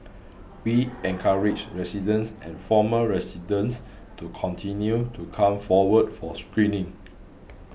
we encourage residents and former residents to continue to come forward for screening